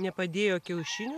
nepadėjo kiaušinių